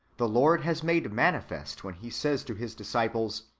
the lord has made manifest, when he says to his disciples,